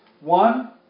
One